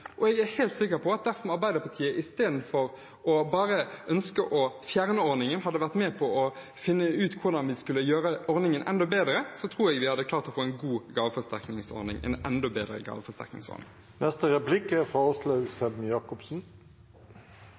og jeg er helt sikker på at dersom Arbeiderpartiet, istedenfor bare å ønske å fjerne ordningen, hadde vært med på å finne ut hvordan vi kan gjøre ordningen enda bedre, hadde vi klart å få en enda bedre gaveforsterkningsordning. Jeg fikk plutselig litt lyst til å snakke om sminking av budsjetter – det var et litt gøy bilde. Jeg er